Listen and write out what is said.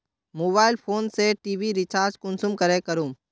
Mobile phone से TV recharge कुंसम करे करूम?